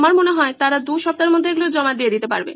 আমার মনে হয় তারা দু সপ্তাহের মধ্যে এগুলো জমা দিয়ে দিতে পারবে